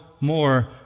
more